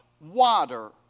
water